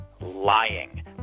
lying